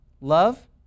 Love